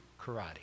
karate